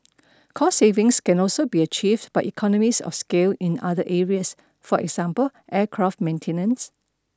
cost savings can also be achieved by economies of scale in other areas for example aircraft maintenance